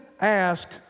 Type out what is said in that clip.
ask